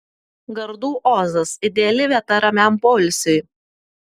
gardų ozas ideali vieta ramiam poilsiui